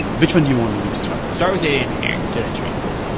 which one do you want me to start with? start with data engineering data engineering cool.